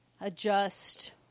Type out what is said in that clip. adjust